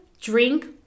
drink